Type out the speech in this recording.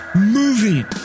moving